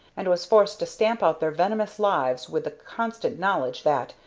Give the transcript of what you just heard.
and was forced to stamp out their venomous lives with the constant knowledge that,